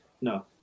No